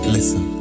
Listen